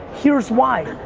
here's why,